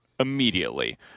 Immediately